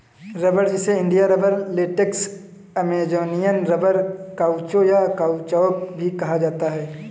रबड़, जिसे India rubber, latex, Amazonian rubber, काउचो, या काउचौक भी कहा जाता है